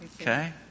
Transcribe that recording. okay